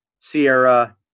Sierra